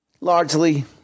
Largely